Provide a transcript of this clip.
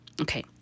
Okay